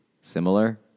similar